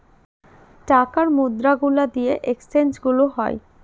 টাকার মুদ্রা গুলা দিয়ে এক্সচেঞ্জ গুলো হয়